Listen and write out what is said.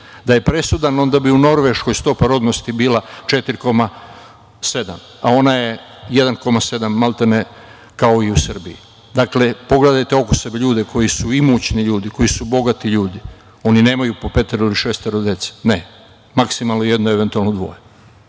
Da je presudan onda bi u Norveškoj stopa rodnosti bila 4,7%, a ona je 1,7%, maltene, kao i u Srbiji. Dakle, pogledajte oko sebe ljude koji su imućni, koji su bogati ljudi, oni nemaju po petoro ili šestoro dece. Ne. Maksimalno jedno, eventualno dvoje.